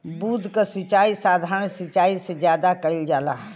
बूंद क सिचाई साधारण सिचाई से ज्यादा कईल जाला